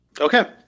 Okay